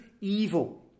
evil